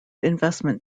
investment